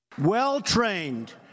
Well-trained